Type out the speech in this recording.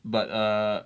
but err